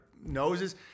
noses